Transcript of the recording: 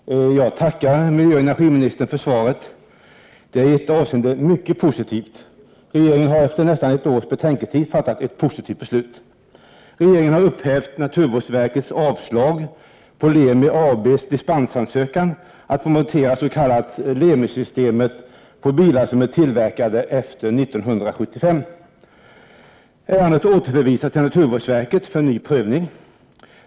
Herr talman! Jag tackar miljöoch energiministern för svaret. Det är i ett avseende mycket bra; regeringen har efter nästan ett års betänketid fattat ett positivt beslut. Regeringen har upphävt naturvårdsverkets avslag på Lemi AB:s dispensansökan att få montera det s.k. Lemi-systemet även på bilar som är tillverkade efter 1975. Ärendet har återförvisats till naturvårdsverket för ny prövning.